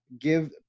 give